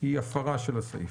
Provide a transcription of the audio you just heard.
זאת הפרה של הסעיף.